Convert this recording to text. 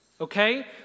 okay